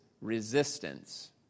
resistance